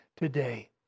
today